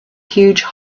huge